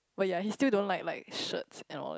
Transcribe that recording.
but yea he still don't like like shirts and all that